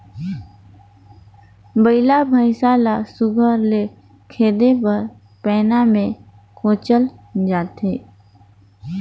बइला भइसा ल सुग्घर ले खेदे बर पैना मे कोचल जाथे